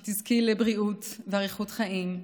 שתזכי לבריאות ואריכות חיים,